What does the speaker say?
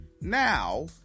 Now